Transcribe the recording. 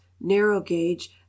narrow-gauge